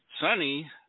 Sunny